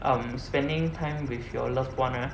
um spending time with your loved one ah